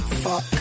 fuck